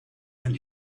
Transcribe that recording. than